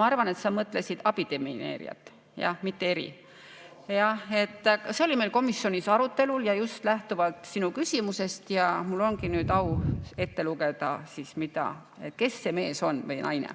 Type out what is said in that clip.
Ma arvan, et sa mõtlesid abidemineerijat, jah, mitte eridemineerijat. See oli meil komisjonis arutelul ja just lähtuvalt sinu küsimusest. Mul ongi nüüd au ette lugeda, kes on see mees või naine.